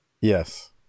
Yes